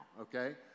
okay